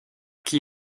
qui